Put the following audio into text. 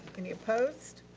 any opposed?